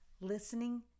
listening